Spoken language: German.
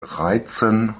reizen